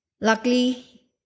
luckily